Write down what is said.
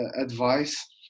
advice